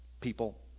people